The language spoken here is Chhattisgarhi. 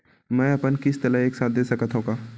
मै अपन किस्त ल एक साथ दे सकत हु का?